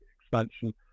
expansion